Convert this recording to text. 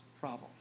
problem